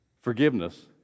forgiveness